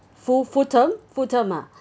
full full term full term ah